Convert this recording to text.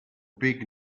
big